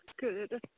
Good